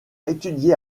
étudié